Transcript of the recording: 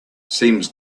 seems